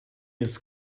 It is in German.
ist